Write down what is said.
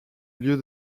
lieu